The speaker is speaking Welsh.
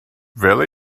fel